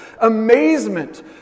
amazement